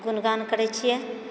गुणगान करै छियै